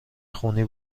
خونی